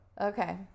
Okay